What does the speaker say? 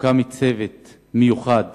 הוקם צוות מיוחד